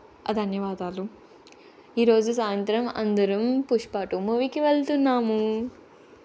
ధన్యవాదాలు ఈరోజు సాయంత్రం అందరం పుష్ప టూ మూవీకి వెళ్తున్నాము